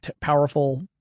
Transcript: powerful